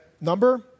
number